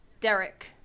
Derek